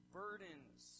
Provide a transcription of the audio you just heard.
burdens